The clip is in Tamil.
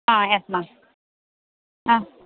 ஆ எஸ் மேம் ஆ